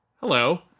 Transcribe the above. hello